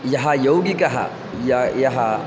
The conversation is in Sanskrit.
यः यौगिकः यः यः